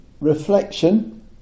reflection